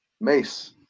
Mace